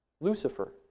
Lucifer